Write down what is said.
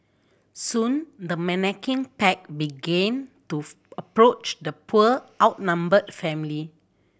soon the menacing pack began to approach the poor outnumbered family